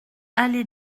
allée